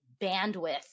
bandwidth